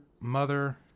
Mother